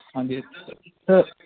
ਹਾਂਜੀ ਸ